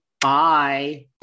Bye